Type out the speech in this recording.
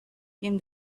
came